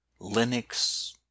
Linux